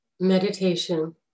Meditation